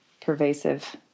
pervasive